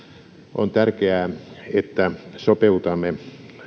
on tärkeää että sopeutamme